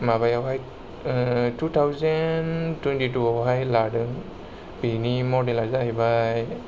माबायावहाय ओ two thousand twenty टुवावहाय लादों बेनि मडेला जाहैबाय